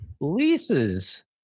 Leases